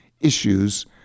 issues